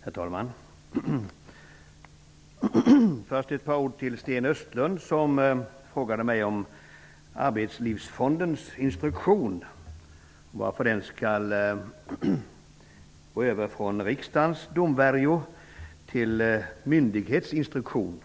Herr talman! Först vill jag säga ett par ord till Sten Östlund. Han frågade mig om Arbetslivsfondens instruktion och varför fonden skall övergå från riksdagens domvärjo till myndighets instruktion.